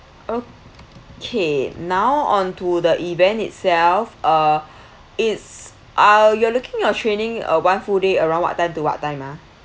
okay now on to the event itself uh is uh you are looking your training uh one full day around what time to what time ha